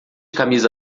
camisa